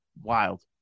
Wild